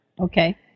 Okay